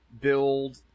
Build